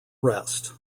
rest